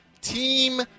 Team